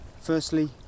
Firstly